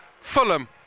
Fulham